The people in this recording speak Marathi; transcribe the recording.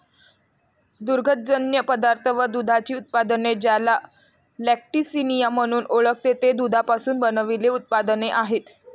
दुग्धजन्य पदार्थ व दुधाची उत्पादने, ज्याला लॅक्टिसिनिया म्हणून ओळखते, ते दुधापासून बनविलेले उत्पादने आहेत